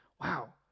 Wow